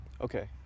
Okay